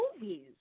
movies